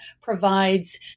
provides